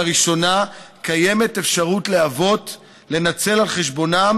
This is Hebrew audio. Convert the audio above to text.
לראשונה קיימת אפשרות לאבות לנצל על חשבונם